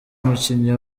umukinnyi